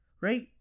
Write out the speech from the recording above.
Right